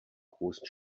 großen